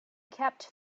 kept